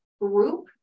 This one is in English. group